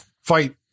fight